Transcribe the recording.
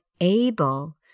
able